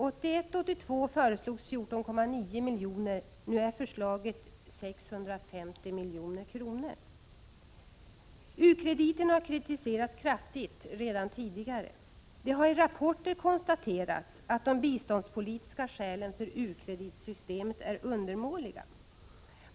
1981/82 föreslogs 14,9 milj.kr., och nu är förslaget 650 milj.kr. U-krediterna har kritiserats kraftigt redan tidigare. Det har i rapporter konstaterats att de biståndspolitiska skälen för u-kreditsystemet är undermåliga.